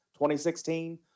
2016